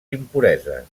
impureses